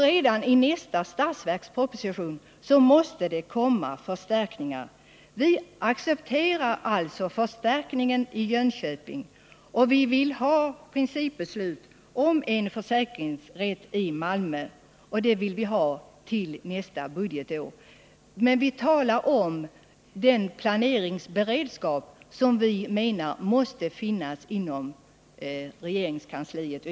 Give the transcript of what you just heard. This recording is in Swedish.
Redan i nästa budgetproposition måste det komma ytterligare förstärkningar. Vi accepterar alltså förstärkningen i Jönköping, och vi vill ha principbeslut om en försäkringsrätt i Malmö. Regeringen bör komma med förslaget nästa budgetår.